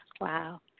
Wow